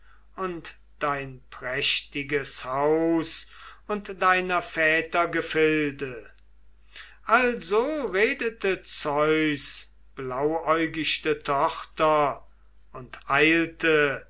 und dein prächtiges haus und deiner väter gefilde also redete zeus blauäugichte tochter und eilte